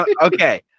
Okay